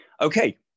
Okay